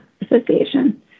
Association